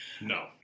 No